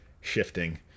shifting